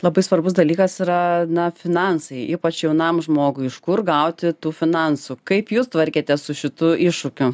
labai svarbus dalykas yra na finansai ypač jaunam žmogui iš kur gauti tų finansų kaip jūs tvarkėtės su šitu iššūkiu